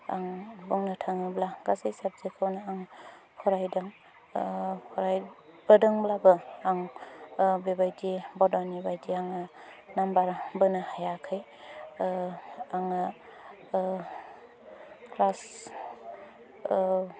आं बुंनो थाङोब्ला गासै साबजेक्टखौनो आं फरायदों फरायबोदोंब्लाबो आं बेबायदि बड'नि बायदि आङो नाम्बार बोनो हायाखै आङो क्लास